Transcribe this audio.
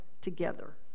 together